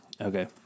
Okay